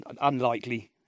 unlikely